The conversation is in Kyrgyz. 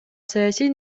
саясий